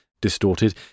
distorted